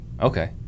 Okay